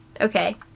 Okay